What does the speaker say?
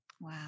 Wow